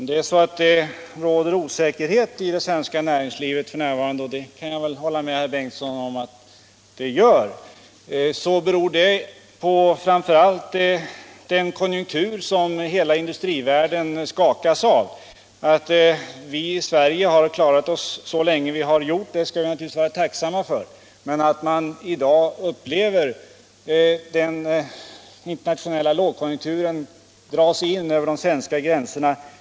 Herr talman! Om det råder osäkerhet i det svenska näringslivet f.n. — och det kan jag väl hålla med herr Bengtsson om — beror det framför allt på den lågkonjunktur som hela industrivärlden skakas av. Att vi i Sverige klarat oss så länge som vi gjort skall vi naturligtvis vara tacksamma för, men i dag upplever man att den internationella lågkonjunkturen drar sig in över de svenska gränserna.